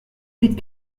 huit